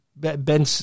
Ben